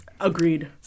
Agreed